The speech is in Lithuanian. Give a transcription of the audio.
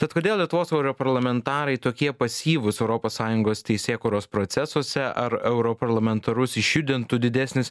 tad kodėl lietuvos europarlamentarai tokie pasyvūs europos sąjungos teisėkūros procesuose ar europarlamentarus išjudintų didesnis